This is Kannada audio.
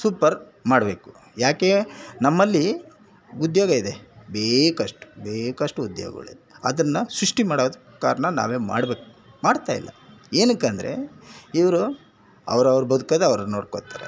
ಸೂಪರ್ ಮಾಡಬೇಕು ಏಕೆ ನಮ್ಮಲ್ಲಿ ಉದ್ಯೋಗ ಇದೆ ಬೇಕಷ್ಟು ಬೇಕಷ್ಟು ಉದ್ಯೋಗಗಳಿದೆ ಅದನ್ನು ಸೃಷ್ಟಿ ಮಾಡೋದು ಕಾರಣ ನಾವೇ ಮಾಡಬೇಕು ಮಾಡ್ತಾ ಇಲ್ಲ ಏನಕ್ಕೆ ಅಂದ್ರೆ ಇವ್ರು ಅವ್ರವರು ಬದುಕೋದು ಅವ್ರವರು ನೋಡ್ಕೊಳ್ತಾರೆ